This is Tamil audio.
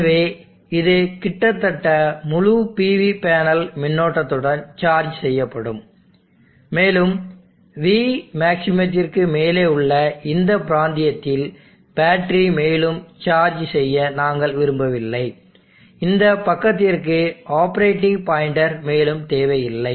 எனவே இது கிட்டத்தட்ட முழு PV பேனல் மின்னோட்டத்துடன் சார்ஜ் செய்யப்படும் மேலும் Vmaxற்கு மேலே உள்ள இந்த பிராந்தியத்தில் பேட்டரி மேலும் சார்ஜ் செய்ய நாங்கள் விரும்பவில்லை இந்த பக்கத்திற்கு ஆப்ரேட்டிங் பாயின்டர் மேலும் தேவையில்லை